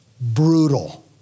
Brutal